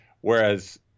Whereas